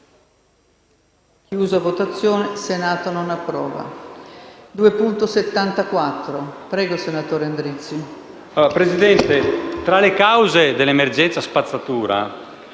Presidente, tra le cause dell'emergenza spazzatura